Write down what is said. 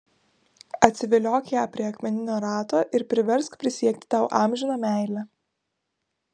atsiviliok ją prie akmeninio rato ir priversk prisiekti tau amžiną meilę